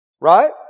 Right